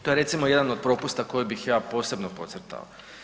To je recimo jedan od propusta koji bih ja posebno podcrtao.